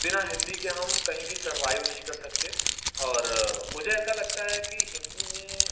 बिना हिंदी के हम कहीं भी सरवाइव नहीं कर सकते और मुझे ऐसा लगता है कि हिंदी में